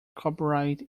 copyright